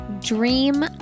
Dream